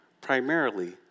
primarily